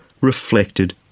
reflected